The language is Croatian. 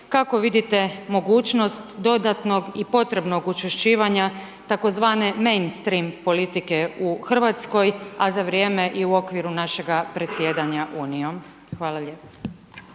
kako vidite mogućnost dodatnog i potrebnog učvršćivanja tzv. Menstrim politike u RH, a za vrijeme i u okviru našega predsjedanja Unijom. Hvala lijepa.